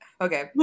Okay